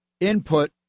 input